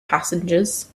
passengers